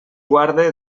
guarde